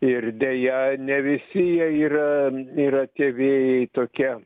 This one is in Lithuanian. ir deja ne visi jie yra yra tie vėjai tokie